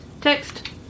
Text